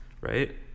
right